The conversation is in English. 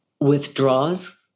withdraws